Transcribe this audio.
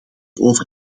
over